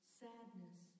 sadness